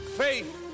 faith